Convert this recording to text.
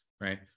right